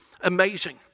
amazing